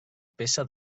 peça